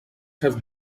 have